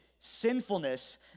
sinfulness